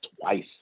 twice